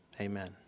amen